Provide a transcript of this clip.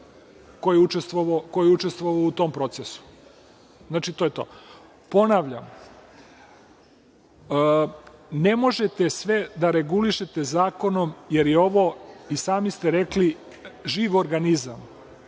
ko je učestvovao u tom procesu. Znači, to je to. Ponavljam, ne možete sve da regulišete zakonom, jer je ovo, i sami ste rekli, živ organizam.